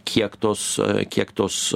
kiek tos kiek tos